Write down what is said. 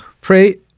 pray